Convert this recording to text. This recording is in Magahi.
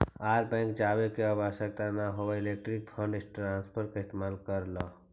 आर बैंक जावे के आवश्यकता न हवअ इलेक्ट्रॉनिक फंड ट्रांसफर का इस्तेमाल कर लअ